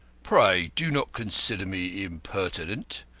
pray do not consider me impertinent,